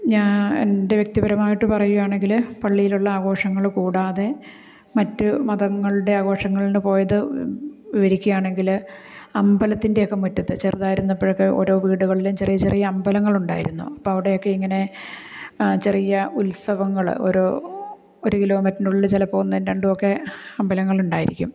ഞാന് എന്റെ വ്യക്തിപരമായിട്ട് പറയുകയാണെങ്കിൽ പള്ളിയിലുള്ള ആഘോഷങ്ങൾ കൂടാതെ മറ്റ് മതങ്ങളുടെ ആഘോഷങ്ങളുടെ പോയത് വിവരിക്കുകയാണെങ്കിൽ അമ്പലത്തിന്റെ ഒക്കെ മുറ്റത്തു ചെറുതായിരുന്നപ്പോഴൊക്കെ ഓരോ വീടുകളിലും ചെറിയ ചെറിയ അമ്പലങ്ങളുണ്ടായിരുന്നു അപ്പോൾ അവിടെയൊക്കെ ഇങ്ങനെ ചെറിയ ഉത്സവങ്ങൾ ഓരോ ഒരു കിലോമീറ്ററിനുള്ളില് ചിലപ്പോൾ ഒന്നും രണ്ടും ഒക്കെ അമ്പലങ്ങളുമുണ്ടായിരിക്കും